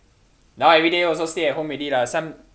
now everyday also stay at home already lah some